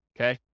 okay